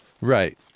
Right